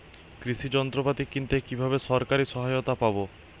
কৃষি যন্ত্রপাতি কিনতে কিভাবে সরকারী সহায়তা পাব?